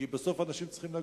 כי בסוף אנשים צריכים לגור.